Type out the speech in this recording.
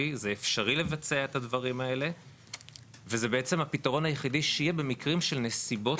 הסיכוי למצוא זרע לאחר המוות תלוי לגמרי בנסיבות